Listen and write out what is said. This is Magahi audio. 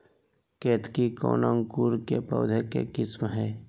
केतकी कौन अंकुर के पौधे का किस्म है?